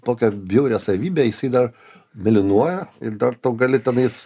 tokią bjaurią savybę jisai dar mėlynuoja ir dar to gali tenais